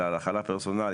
אלא על החלה פרסונלית,